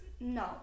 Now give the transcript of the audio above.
No